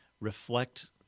reflect